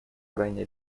крайне